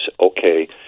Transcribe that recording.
okay